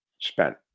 spent